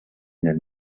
nel